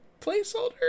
placeholder